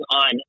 on